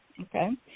okay